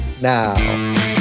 now